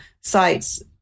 sites